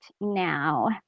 now